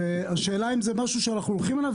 השאלה אם זה משהו אנחנו הולכים אליו?